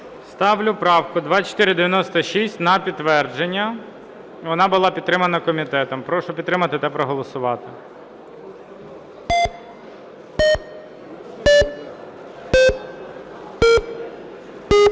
Ставлю правку 2496 на підтвердження. Вона була підтримана комітетом. Прошу підтримати та проголосувати.